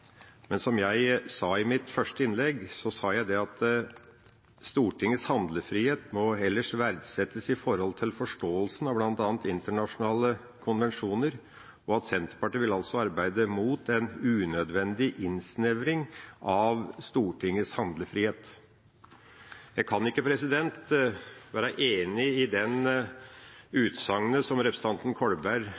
Men i mitt første innlegg sa jeg at «Stortingets handlefrihet må ellers verdsettes i forhold til forståelsen av bl.a. internasjonale konvensjoner», og at «Senterpartiet vil altså arbeide mot en unødvendig innsnevring av Stortingets handlefrihet». Jeg kan ikke være enig i det utsagnet som representanten Kolberg